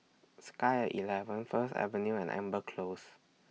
Sky At eleven First Avenue and Amber Close